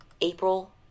April